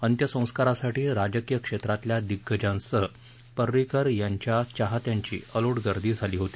अंत्यसंस्कारासाठी राजकीय क्षेत्रातल्या दिग्गजांसह पर्रिकर यांच्या चाहत्यांची अलोट गर्दी झाली होती